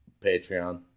Patreon